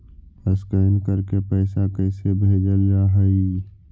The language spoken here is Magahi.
स्कैन करके पैसा कैसे भेजल जा हइ?